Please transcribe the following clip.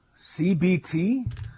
CBT